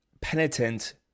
penitent